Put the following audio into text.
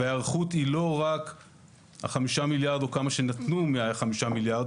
וההיערכות היא לא רק אותם 5 מיליארד או כמה שנתנו מתוך 5 המיליארד,